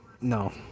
No